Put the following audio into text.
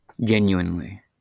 genuinely